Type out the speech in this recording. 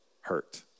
hurt